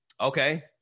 Okay